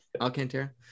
Alcantara